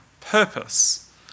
purpose